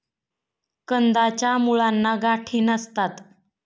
कंदाच्या मुळांना गाठी नसतात